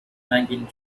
رنگین